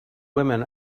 women